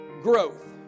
growth